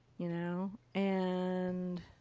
you know. and.